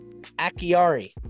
Akiari